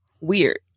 weird